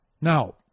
Now